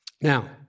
Now